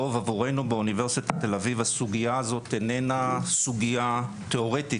תל אביב הסוגייה הזאת איננה סוגייה תיאורטית,